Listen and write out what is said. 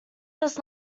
does